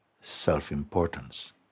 self-importance